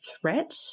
threat